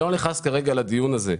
אני לא נכנס כרגע לדיון הזה.